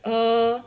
err